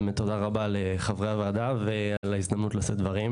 באמת תודה רבה לחברי הוועדה על ההזדמנות לשאת דברים,